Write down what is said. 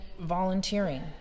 volunteering